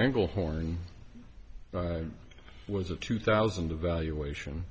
angle horn was a two thousand devaluation